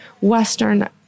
Western